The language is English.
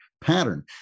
pattern